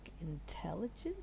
intelligence